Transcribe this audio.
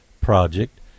project